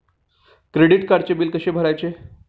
Credit कार्डचे bill कसे भरायचे?